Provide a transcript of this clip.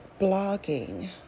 blogging